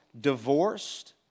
divorced